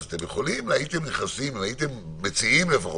אם הייתם מציעים לפחות,